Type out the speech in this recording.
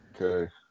Okay